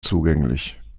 zugänglich